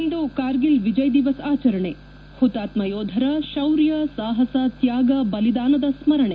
ಇಂದು ಕಾರ್ಗಿಲ್ ವಿಜಯ್ ದಿವಸ್ ಆಚರಣೆ ಪುತಾತ್ತ ಯೋಧರ ಶೌರ್ಯ ಸಾಪಸ ತ್ಲಾಗ ಬಲಿದಾನದ ಸ್ತರಣೆ